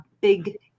big